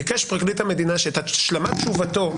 ביקש פרקליט המדינה שאת השלמת תשובתו,